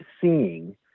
seeing